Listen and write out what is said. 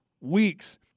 weeks